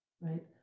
right